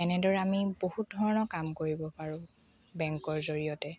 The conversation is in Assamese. এনেদৰে আমি বহুত ধৰণৰ কাম কৰিব পাৰোঁ বেংকৰ জৰিয়তে